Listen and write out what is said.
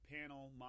panel